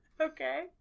Okay